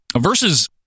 versus